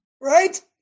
right